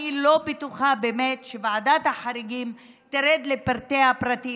אני לא בטוחה שוועדת החריגים באמת תרד לפרטי הפרטים.